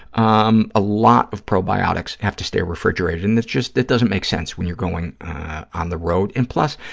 um a lot of probiotics have to stay refrigerated, and it's just, it doesn't make sense when you're going on the road. and plus,